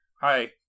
Hi